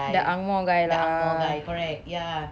the ang moh guy lah